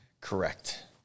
Correct